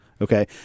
okay